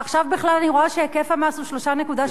ועכשיו בכלל אני רואה שהיקף המס הוא 3.6,